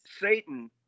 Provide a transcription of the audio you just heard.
Satan